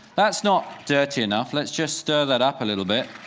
that's not dirty enough. let's just stir that up a little bit.